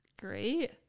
great